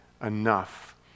enough